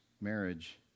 marriage